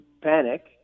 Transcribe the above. panic